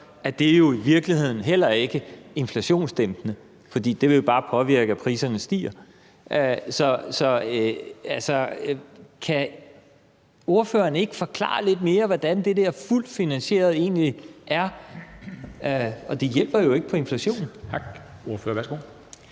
er det jo i virkeligheden heller ikke inflationsdæmpende, fordi det bare vil bevirke, at priserne stiger. Så kan ordføreren ikke forklare lidt mere, hvad det der fuldt finansierede egentlig er? Og det hjælper jo ikke på inflationen. Kl.